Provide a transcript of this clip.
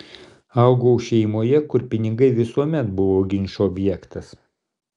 augau šeimoje kur pinigai visuomet buvo ginčo objektas